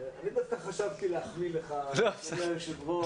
אני דווקא חשבתי להחמיא לך, כבוד היושב-ראש.